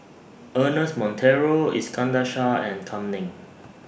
Ernest Monteiro Iskandar Shah and Kam Ning